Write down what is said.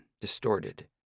distorted